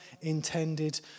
intended